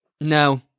No